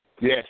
Yes